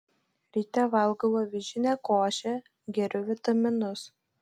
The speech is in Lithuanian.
ryte valgau avižinę košę geriu vitaminus